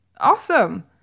Awesome